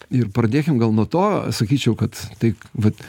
ir pradėkim gal nuo to sakyčiau kad taik vat